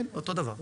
כן, אותו דבר.